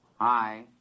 Hi